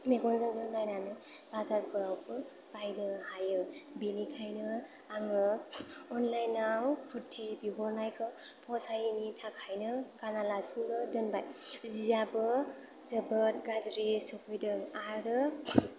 मेगनजों नायनानै बाजारफोरावबो बायनो हायो बिनिखायनो आङो अनलाइनआव कुर्टि बिहरनायखौबो फसायिनि थाखायनो गानालासिनो दोनबाय जियाबो जोबोद गाज्रियै सफैदों आरो